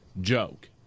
joke